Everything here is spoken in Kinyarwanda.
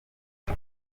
iyo